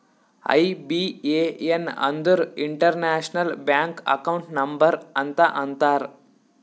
IBAN ಅಂದುರ್ international bank account number ಅಂತ ಅಂತಾರ್